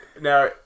now